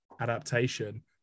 adaptation